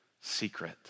secret